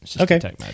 Okay